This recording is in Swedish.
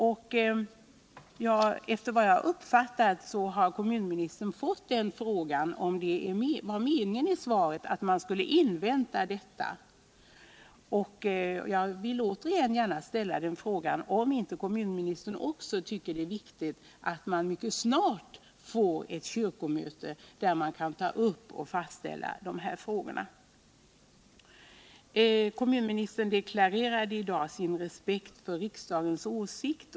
Enligt vad jag uppfattat har kommunministern fått frågan om det enligt vad kommunministern anfört i sitt svar var meningen alt man skulle invänta detta. Jag vill återigen ställa frågan om inte också kommunministern tycker att det är viktigt att det mycket snart hålls ett kyrkomöte, där dessa frågor kan tas upp till behandling och riktlinjer fastställas. Kommunministern deklarerade i dag sin respekt för riksdagens åsikt.